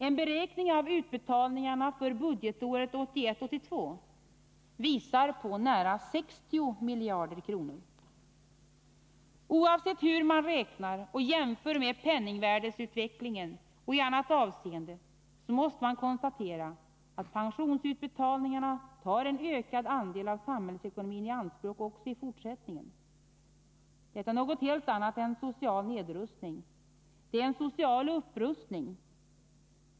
En beräkning av utbetalningarna för budgetåret 1981/82 visar på nära 60 miljarder kronor. Oavsett hur man räknar och jämför med penningvärdeutvecklingen och i annat avseende, så måste man konstatera att pensionsutbetalningarna tar en ökad andel av samhällsekonomin i anspråk också i fortsättningen. Detta är något helt annat än social nedrustning. Det är en social upprustning.